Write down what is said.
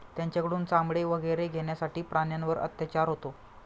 त्यांच्याकडून चामडे वगैरे घेण्यासाठी प्राण्यांवर अत्याचार होतो